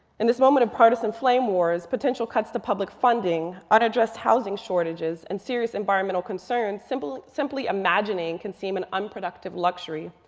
in this moment of partisan flame wars, potential cuts to public funding, unaddressed housing shortages, and serious environmental concerns, simply simply imagining can seem an unproductive luxury.